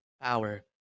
power